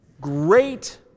Great